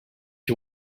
you